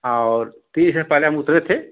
और तीन इस्टेशन पहले हम उतरे थे